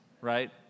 right